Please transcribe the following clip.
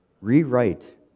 rewrite